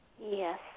Yes